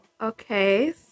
Okay